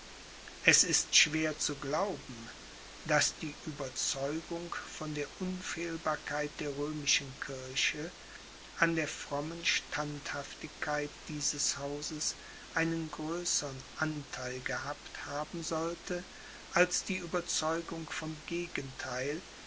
es ist schwer zu glauben daß die ueberzeugung von der unfehlbarkeit der römischen kirche an der frommen standhaftigkeit dieses hauses einen größern antheil gehabt haben sollte als die ueberzeugung vom gegentheil